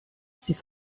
six